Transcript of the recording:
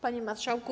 Panie Marszałku!